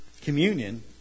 Communion